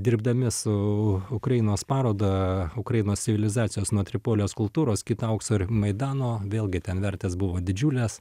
dirbdami su ukrainos paroda ukrainos civilizacijos nuo tripolio kultūros kino aukso ir maidano vėlgi ten vertės buvo didžiulės